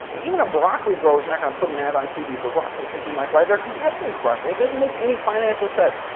even a broccoli grower is not going to put an add on tv for broccoli because you might buy their competitor's broccoli, it doesn't make any financial sense,